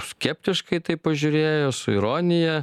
skeptiškai į tai pažiūrėjo su ironija